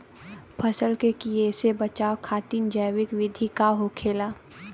फसल के कियेसे बचाव खातिन जैविक विधि का होखेला?